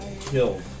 killed